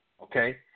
Okay